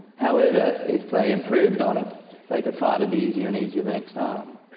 however, if they improved on it they could find it easier and easier the next time.